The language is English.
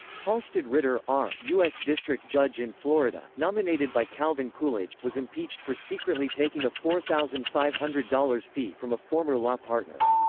halsted ritter u s. district judge in florida, nominated by calvin coolidge, was impeached for secretly taking a four thousand five hundred dollars fee from a former law partner.